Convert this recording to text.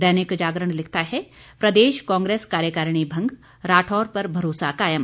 दैनिक जागरण लिखता है प्रदेश काग्रेस कार्यकारिणी भंग राठौर पर भरोसा कायम